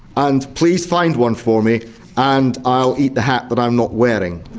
and please find one for me and i'll eat the hat that i'm not wearing.